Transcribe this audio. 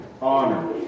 honor